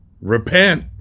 Repent